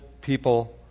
people